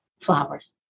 Flowers